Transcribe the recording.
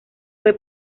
fue